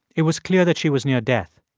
it was clear that she was near death.